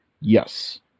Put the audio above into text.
yes